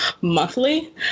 monthly